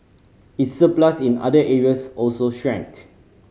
its surplus in other areas also shrank